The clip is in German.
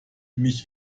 mich